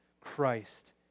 Christ